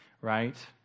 right